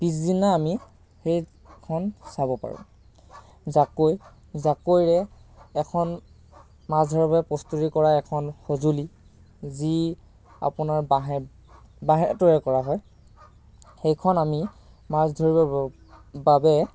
পিছদিনা আমি সেইখন চাব পাৰোঁ জাকৈ জাকৈৰে এখন মাছ ধৰিবলৈ প্ৰস্তুতি কৰা এখন সঁজুলি যি আপোনাৰ বাঁহেৰে বাঁহেৰে তৈয়াৰ কৰা হয় সেইখন আমি মাছ ধৰিবৰ বাবে